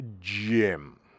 Jim